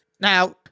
Now